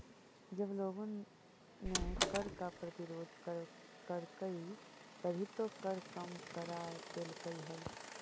जब लोगों ने कर का प्रतिरोध करकई तभी तो कर कम करा देलकइ हल